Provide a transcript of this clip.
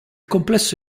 complesso